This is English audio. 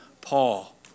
Paul